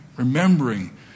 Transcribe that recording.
Remembering